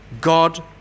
God